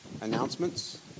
announcements